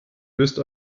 bist